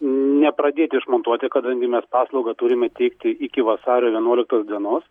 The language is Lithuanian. nepradėti išmontuoti kadangi mes paslaugą turime teikti iki vasario vienuoliktos dienos